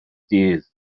dydd